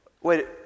wait